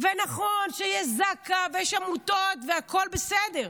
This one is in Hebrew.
נכון שיש זק"א ויש עמותות והכול בסדר,